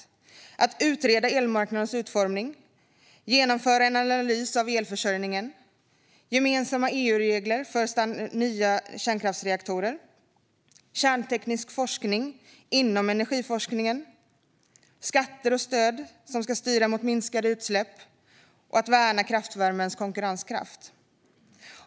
Vi vill utreda elmarknadens utformning. Vi vill genomföra en analys av elförsörjningen. Vi vill ha gemensamma EU-regler för nya kärnkraftsreaktorer. Vi vill bedriva kärnteknisk forskning inom energiforskningen. Vi vill att skatter och stöd ska styra mot minskade utsläpp. Vi vill värna kraftvärmens konkurrenskraft.